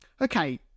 Okay